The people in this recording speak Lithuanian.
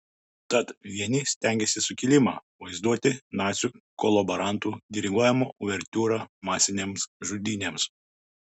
tad vieni stengiasi sukilimą vaizduoti nacių kolaborantų diriguojama uvertiūra masinėms žudynėms